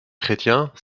chrétiens